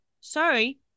sorry